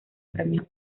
premios